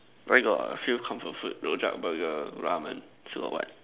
where got few comfort food rojak Burger ramen still got what